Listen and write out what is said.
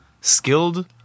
skilled